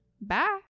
Bye